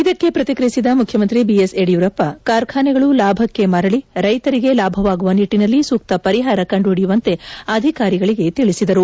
ಇದಕ್ಕೆ ಪ್ರತಿಕ್ರಿಯಿಸಿದ ಮುಖ್ಯಮಂತ್ರಿ ಬಿಎಸ್ ಯಡಿಯೂರಪ್ಪ ಕಾರ್ಖಾನೆಗಳು ಲಾಭಕ್ಕೆ ಮರಳ ರೈತರಿಗೆ ಲಾಭವಾಗುವ ನಿಟ್ಟನಲ್ಲಿ ಸೂಕ್ತ ಪರಿಹಾರ ಕಂಡುಹಿಡಿಯುವಂತೆ ಅಧಿಕಾರಿಗಳಗೆ ತಿಳಿಸಿದರು